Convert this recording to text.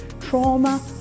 trauma